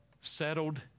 settled